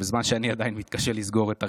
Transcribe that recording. בזמן שאני עדיין מתקשה לסגור את הראשון.